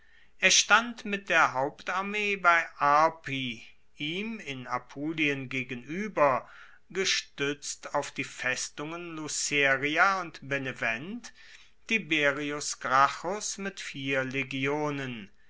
er stand mit der hauptarmee bei arpi ihm in apulien gegenueber gestuetzt auf die festungen luceria und benevent tiberius gracchus mit vier legionen